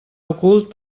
ocult